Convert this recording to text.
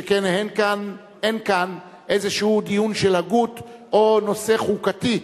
שכן אין כאן איזה דיון של הגות או נושא חוקתי,